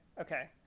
Okay